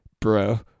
bro